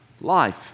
life